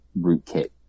rootkit